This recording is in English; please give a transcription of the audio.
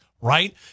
right